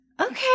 Okay